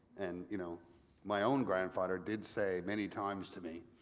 and you know my own grandfather did say many times to me,